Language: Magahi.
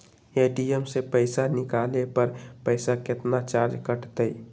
ए.टी.एम से पईसा निकाले पर पईसा केतना चार्ज कटतई?